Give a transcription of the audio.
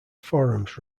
forums